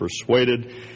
persuaded